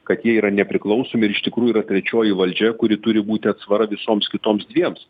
kad jie yra nepriklausomi ir iš tikrųjų yra trečioji valdžia kuri turi būti atsvara visoms kitoms dviems